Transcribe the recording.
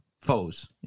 foes